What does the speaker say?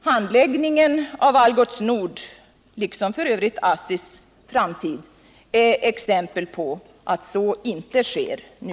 Handläggningen av frågorna om Algots Nords liksom f. ö. ASSI:s framtid är exempel på att så inte sker nu.